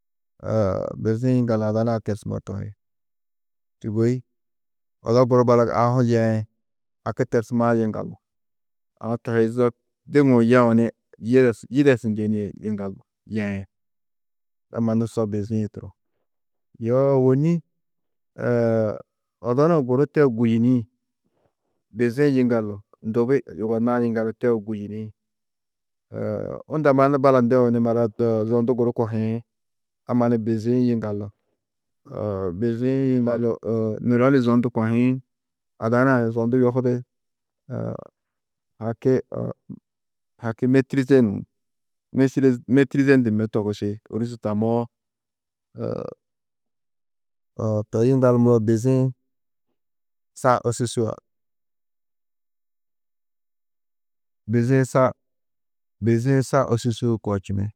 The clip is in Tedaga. bizi-ĩ yiŋgaladu ada nuã tersumó tohi, sûgoi odo guru balak aũ hu yeĩ, haki tersumãá yiŋgaldu, aũ to hi zo, diŋuũ ni yiders yidersu njenîe yiŋgaldu yeĩ, to mannu so bizi-ĩ turo. Yoo ôwonni odo nuũ guru teu gûyuni, bizi-ĩ yiŋgallu ndubi yugonnãá yiŋgallu teu gûyuni, unda mannu balak ndeu ni marat zondu guru kohiĩ, a mannu bizi-ĩ yiŋgallu, bizi-ĩ yiŋgallu nuro ni zondu kohiĩ, ada nuã ni zondu yohidi, haki haki mêtirizenuú? Mêtiriz mêtirizendunnó togusi, ôrozi tammoó, toi yiŋgallu muro bizi-ĩ sa ôsusua. Bizi-ĩ sa, bizi-ĩ sa ôsusuu koo čini.